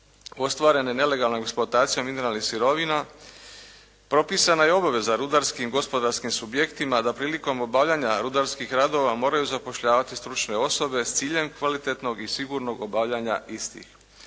ostvarene nelegalnom eksploatacijom mineralnih sirovina propisana je obaveza rudarskim i gospodarskim subjektima da prilikom obavljanja rudarskih radova moraju zapošljavati stručne osobe s ciljem kvalitetnog i sigurnog obavljanja istih.